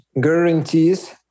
guarantees